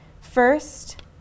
First